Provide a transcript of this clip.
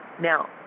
Now